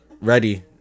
Ready